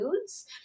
foods